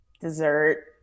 Dessert